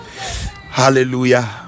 hallelujah